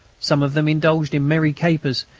some of them indulged in merry capers,